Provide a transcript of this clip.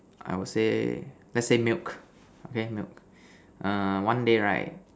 I would say let's say milk okay milk one day right